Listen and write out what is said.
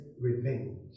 revenge